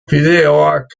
fideoak